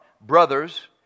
brothers